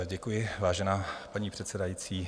Děkuji, vážená paní předsedající.